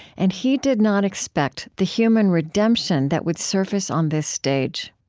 and he did not expect the human redemption that would surface on this stage